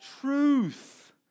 truth